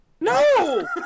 No